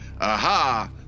aha